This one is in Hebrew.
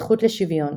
הזכות לשוויון